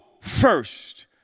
first